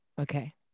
Okay